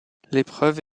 l’épreuve